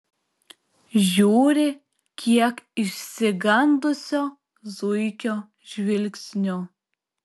žiūri kiek išsigandusio zuikio žvilgsniu